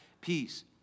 peace